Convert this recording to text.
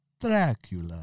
Dracula